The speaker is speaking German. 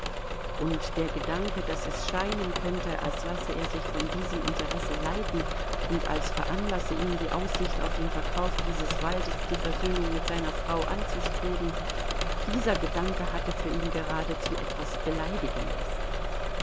und der gedanke daß es scheinen könnte als lasse er sich von diesem interesse leiten und als veranlasse ihn die aussicht auf den verkauf dieses waldes die versöhnung mit seiner frau anzustreben dieser gedanke hatte für ihn geradezu etwas beleidigendes